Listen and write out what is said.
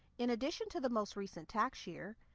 in addition to the most recent tax year,